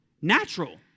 Natural